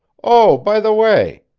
oh, by the way,